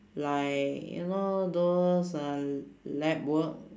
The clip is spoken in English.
like you know those uh lab work